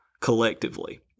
collectively